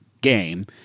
game